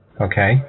Okay